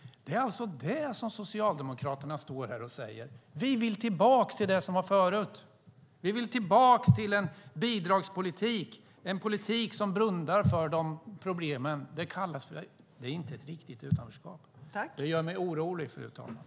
Det är det som Socialdemokraterna står här och säger. De vill tillbaka till det som var förut. De vill tillbaka till en bidragspolitik och en politik som blundar för problemen. Det är alltså inte ett riktigt utanförskap. Det gör mig orolig, fru talman.